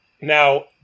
now